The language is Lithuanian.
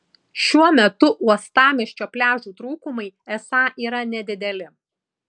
šiuo metu uostamiesčio pliažų trūkumai esą yra nedideli